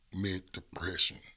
mid-depression